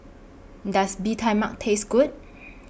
Does Bee Tai Mak Taste Good